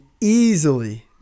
easily